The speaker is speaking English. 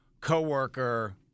coworker